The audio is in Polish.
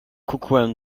kukłę